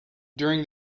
during